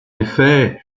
effet